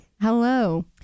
Hello